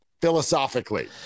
philosophically